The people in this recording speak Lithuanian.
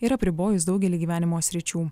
ir apribojus daugelį gyvenimo sričių